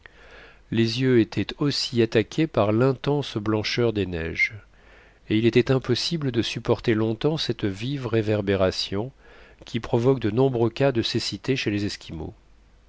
les yeux étaient aussi attaqués par l'intense blancheur des neiges et il était impossible de supporter longtemps cette vive réverbération qui provoque de nombreux cas de cécité chez les esquimaux